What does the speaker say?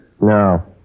No